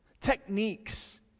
Techniques